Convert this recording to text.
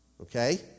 Okay